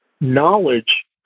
knowledge